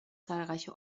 zahlreiche